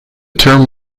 term